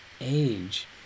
age